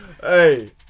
Hey